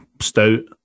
stout